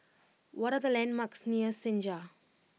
what are the landmarks near Senja